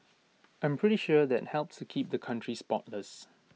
I'm pretty sure that helps keep the country spotless